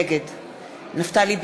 נגד נפתלי בנט,